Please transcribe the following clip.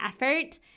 effort